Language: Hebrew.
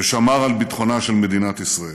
ושמר על ביטחונה של מדינת ישראל.